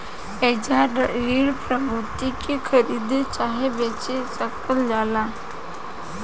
एइजा ऋण प्रतिभूति के खरीद चाहे बेच सकल जाला